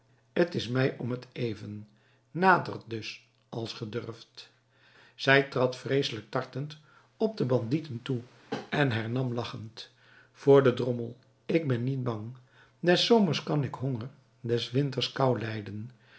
t is mij om t even nadert dus als ge durft zij trad vreeselijk tartend op de bandieten toe en hernam lachend voor den drommel ik ben niet bang des zomers kan ik honger des winters kou lijden